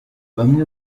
bamwe